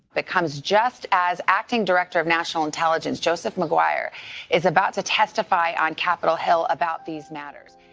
that comes just as acting director of national intelligence joseph mcguire is about to testify on capitol hill about these matters